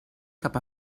cap